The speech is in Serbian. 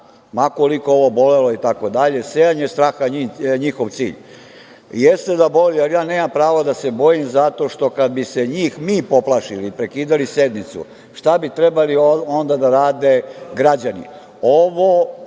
ma koliko ovo bolelo i tako dalje, sejanje straha je njihov cilj. Jeste da boli, ali ja nemam pravo da se bojim zato što kada bi se njih mi poplašili i prekidali sednicu šta bi trebali onda da rade građani? Ovo